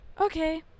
okay